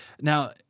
Now